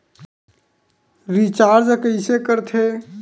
Recharge कइसे कर थे?